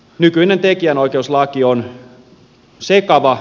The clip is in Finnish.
nykyinen tekijänoikeuslaki on sekava